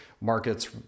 markets